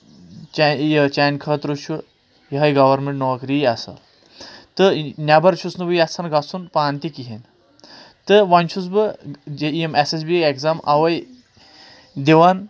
یہِ چانہِ یہِ چانہِ خٲطرٕ چھُ یِہے گورمینٹ نوکری اَصٕل تہٕ نؠبر چھُس نہٕ بہٕ یژھان گژھُن پانہٕ تہِ کہیٖنۍ تہٕ وۄنۍ چھُس بہٕ یِم S S B A exam اَوے دِوان